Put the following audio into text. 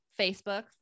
Facebook